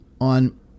on